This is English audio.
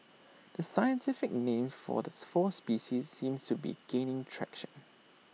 the scientific names for the four species seem to be gaining traction